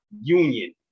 union